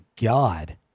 God